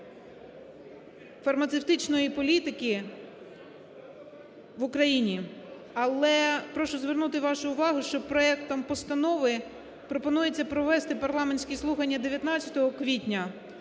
фармацевтичної політики в Україні. Але прошу звернути вашу увагу, що проектом Постанови пропонується провести парламентські слухання 19 квітня.